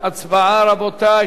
הצבעה, רבותי.